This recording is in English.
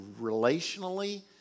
relationally